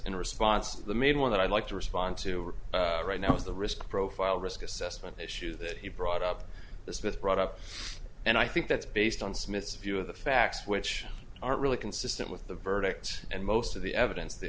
in response the main one that i'd like to respond to right now is the risk profile risk assessment issue that he brought up this myth brought up and i think that's based on smith's view of the facts which aren't really consistent with the verdict and most of the evidence the